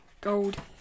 gold